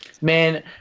man